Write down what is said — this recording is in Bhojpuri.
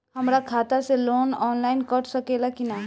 हमरा खाता से लोन ऑनलाइन कट सकले कि न?